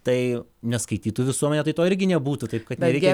tai neskaitytų visuomenė tai to irgi nebūtų taip kad nereikia